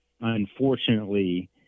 unfortunately